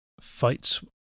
fights